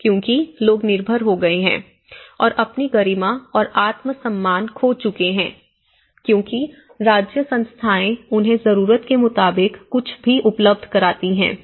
क्योंकि लोग निर्भर हो गए हैं और अपनी गरिमा और आत्मसम्मान खो चुके हैं क्योंकि राज्य संस्थाएं उन्हें जरूरत के मुताबिक कुछ भी उपलब्ध कराती हैं